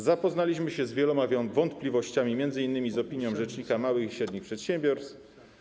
Zapoznaliśmy się z wieloma wątpliwościami, m.in. z opinią rzecznika małych i średnich przedsiębiorców.